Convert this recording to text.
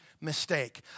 mistake